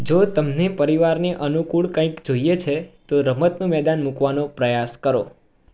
જો તમને પરિવારને અનુકૂળ કંઈક જોઈએ છે તો રમતનું મેદાન મૂકવાનો પ્રયાસ કરો